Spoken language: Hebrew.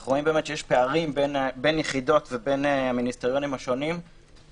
אנחנו רואים שיש פערים בין יחידות ובין המיניסטריונים השונים,